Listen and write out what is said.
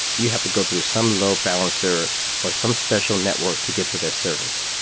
you have to go through some load balancer or some special network to get to their service.